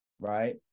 right